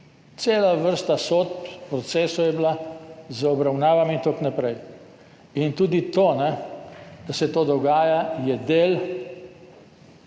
Cela vrsta sodb, procesov je bila, z obravnavami in tako naprej. In tudi to, da se to dogaja, je del